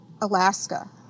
Alaska